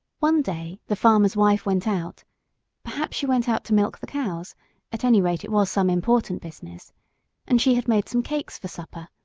one day the farmer's wife went out perhaps she went out to milk the cows at any rate it was some important business and she had made some cakes for supper,